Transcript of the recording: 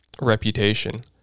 reputation